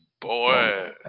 boy